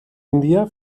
índia